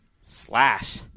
slash